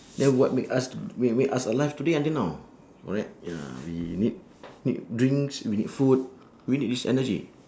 that what make us t~ make make us alive today until now correct ya we need need drinks we need food we need this energy